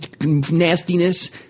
nastiness